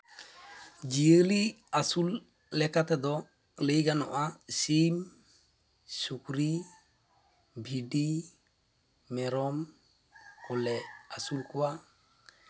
ᱡᱤᱭᱟᱹᱞᱤ ᱟᱹᱥᱩᱞ ᱞᱮᱠᱟ ᱛᱮᱫᱚ ᱞᱟᱹᱭ ᱜᱟᱱᱚᱜᱼᱟ ᱥᱤᱢ ᱥᱩᱠᱨᱤ ᱵᱷᱤᱰᱤ ᱢᱮᱨᱚᱢ ᱠᱚᱞᱮ ᱟᱹᱥᱩᱞ ᱠᱚᱣᱟ